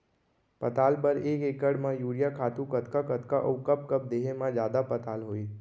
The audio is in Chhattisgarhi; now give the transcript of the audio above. पताल बर एक एकड़ म यूरिया खातू कतका कतका अऊ कब कब देहे म जादा पताल होही?